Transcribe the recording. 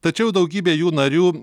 tačiau daugybė jų narių